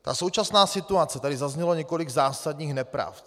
Ta současná situace, tady zaznělo několik zásadních nepravd.